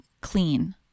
clean